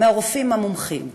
מהרופאים המומחים.